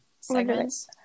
segments